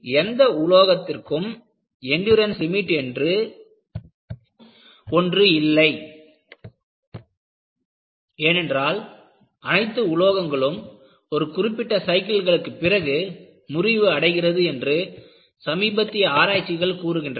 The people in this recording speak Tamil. எந்த உலோகத்திற்கும் எண்டுரன்ஸ் லிமிட் என்று ஒன்று இல்லை ஏனென்றால் அனைத்து உலோகங்களும் ஒரு குறிப்பிட்ட சைக்கிள்களுக்கு பிறகு முறிவு அடைகிறது என்று சமீபத்திய ஆராய்ச்சிகள் கூறுகின்றன